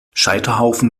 scheiterhaufen